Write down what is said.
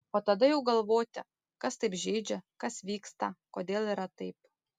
o tada jau galvoti kas taip žeidžia kas vyksta kodėl yra taip